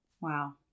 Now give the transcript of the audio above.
Wow